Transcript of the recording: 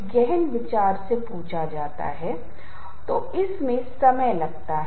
यह अंतरिक्ष के बारे में जानकारी प्रदान करता है या सभी तरफ से ध्वनि आ सकती है